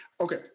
okay